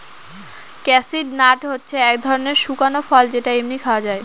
cashew nut হচ্ছে এক ধরনের শুকনো ফল যেটা এমনি খাওয়া যায়